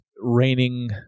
raining